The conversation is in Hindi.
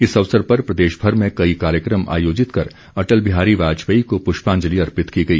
इस अवसर पर प्रदेशभर में कई कार्यक्रम आयोजित कर अटल बिहारी वाजपेयी को पुष्पांजलि अर्पित की गई